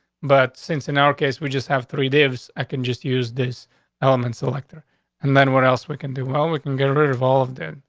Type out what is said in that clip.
but since in our case we just have three daves, i ah can just use this element selector and then what else we can do? well, we can get rid of all of them.